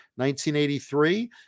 1983